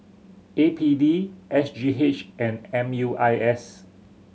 A P D S G H and M U I S